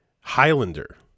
Highlander